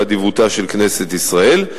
באדיבותה של כנסת ישראל,